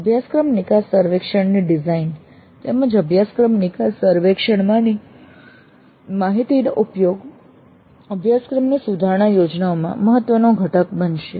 અભ્યાસક્રમ નિકાસ સર્વેક્ષણની ડિઝાઇન તેમજ અભ્યાસક્રમ નિકાસ સર્વેક્ષણમાંની માહિતીનો ઉપયોગ અભ્યાસક્રમની સુધારણા યોજનાઓમાં મહત્વનો ઘટક બનશે